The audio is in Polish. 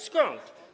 Skąd?